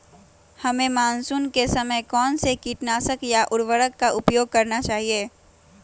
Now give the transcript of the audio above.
हमें मानसून के समय कौन से किटनाशक या उर्वरक का उपयोग करना चाहिए?